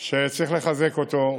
שצריך לחזק אותו.